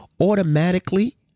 automatically